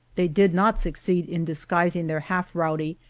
they did not succeed in disguising their half-rowdy,